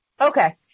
Okay